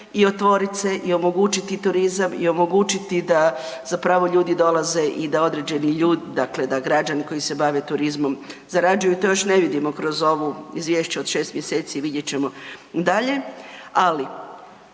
i otvorit se i omogućiti turizam i omogućiti da zapravo ljudi dolaze i da određeni dakle, dakle da građani koji se bave turizmom zarađuju, to još ne vidimo kroz ovo izvješće od 6 mj., vidjet ćemo dalje,